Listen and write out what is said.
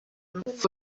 rupfu